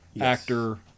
actor